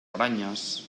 aranyes